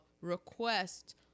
request